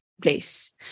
place